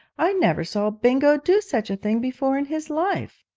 i never saw bingo do such a thing before in his life